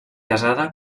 casada